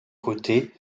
côté